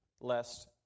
lest